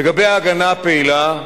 לגבי ההגנה הפעילה,